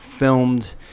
Filmed